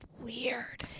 weird